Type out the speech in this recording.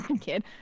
kid